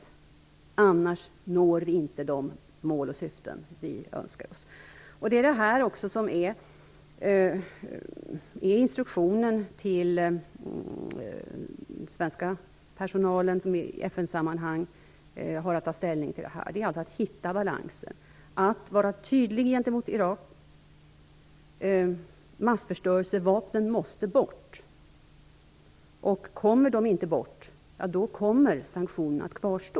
I annat fall når vi inte de mål och syften som vi önskar oss. Detta är instruktionen till den svenska personal som i FN-sammanhang har att ta ställning här. Det gäller alltså att hitta en balans och att vara tydlig gentemot Irak. Massförstörelsevapnen måste bort. Kommer de inte bort, kvarstår sanktionerna.